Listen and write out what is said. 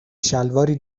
شلواری